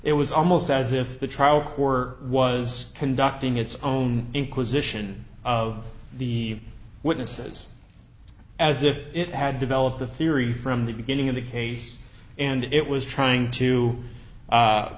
it was almost as if the trial core was conducting its own inquisition of the witnesses as if it had developed a theory from the beginning of the case and it was trying to